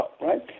right